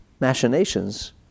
machinations